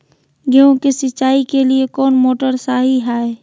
गेंहू के सिंचाई के लिए कौन मोटर शाही हाय?